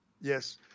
Yes